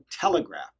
telegraph